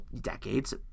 decades